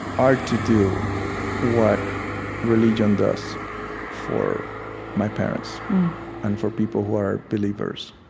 art to do what religion does for my parents and for people who are believers